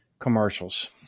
commercials